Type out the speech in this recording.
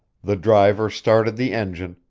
the driver started the engine,